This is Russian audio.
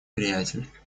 приятель